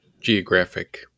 geographic